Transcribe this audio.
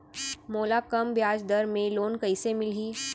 मोला कम ब्याजदर में लोन कइसे मिलही?